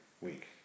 week